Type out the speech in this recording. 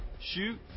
shoot